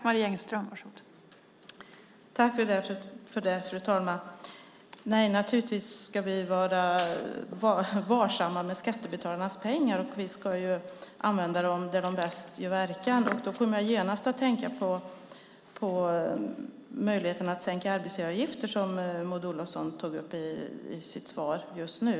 Fru talman! Naturligtvis ska vi vara varsamma med skattebetalarnas pengar, och vi ska använda dem där de gör bäst verkan. Då kom jag genast att tänka på möjligheten att sänka arbetsgivaravgifter som Maud Olofsson tog upp i sitt svar just nu.